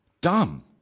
Dumb